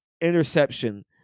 interception